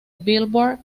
billboard